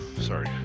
Sorry